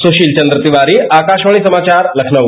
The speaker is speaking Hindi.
सुशील चंद्र तिवारी आकाशवाणी समाचार लखनऊ